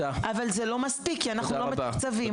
אבל זה לא מספיק כי אנחנו לא מתוקצבים.